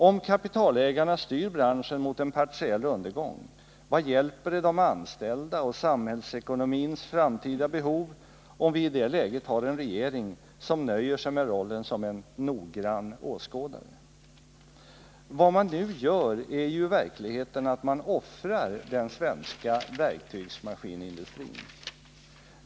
Om kapitalägarna styr branschen mot en partiell undergång, vad hjälper det de anställda och samhällsekonomins framtida behov, om vi i det läget har en regering som nöjer sig med rollen som en ”noggrann åskådare”? Vad man nu gör är ju i verkligheten att man offrar den svenska verktygsmaskinindustrin.